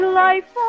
life